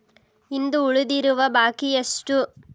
ಇಂದು ಉಳಿದಿರುವ ಬಾಕಿ ಎಷ್ಟು?